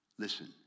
Listen